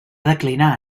declinar